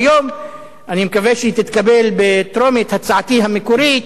היא הצעת חוק צרכנית